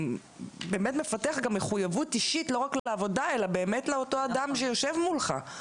באמת מפתח גם מחויבות אישית לא רק לעבודה אלא לאותו אדם שיושב מולך.